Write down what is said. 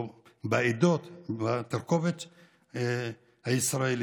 בין העדות או בתרכובת הישראלית.